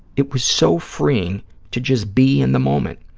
it was so freeing to just be in the moment,